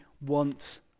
want